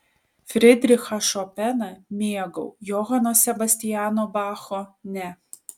fridrichą šopeną mėgau johano sebastiano bacho ne